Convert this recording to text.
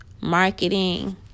marketing